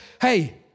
hey